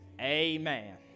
amen